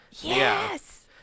Yes